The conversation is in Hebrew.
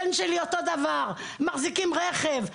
הבן שלי אותו הדבר והם מחזיקים גם רכב.